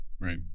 Right